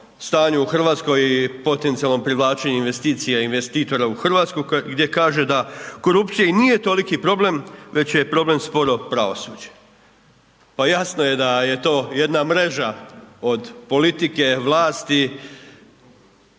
stanju u Hrvatskoj i potencijalnom privlačenju investicija i investitora u Hrvatsku gdje kaže da korupcija i nije toliki problem već je problem sporo pravosuđe. Pa jasno je da je to jedna mreža od politike, vlasti